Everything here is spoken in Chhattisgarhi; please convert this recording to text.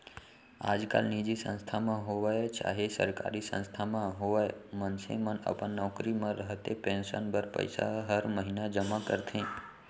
आजकाल निजी संस्था म होवय चाहे सरकारी संस्था म होवय मनसे मन अपन नौकरी म रहते पेंसन बर पइसा हर महिना जमा करथे